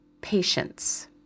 patience